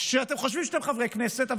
שאתם חושבים שאתם חברי כנסת,